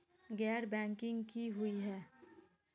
गैर बैंकिंग की हुई है?